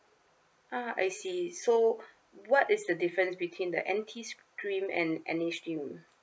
ah I see so what is the difference between the N_T stream and N_A stream